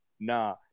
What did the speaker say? Nah